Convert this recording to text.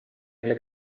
meile